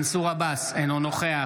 אינו נוכח